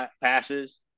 passes